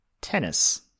Tennis